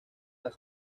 las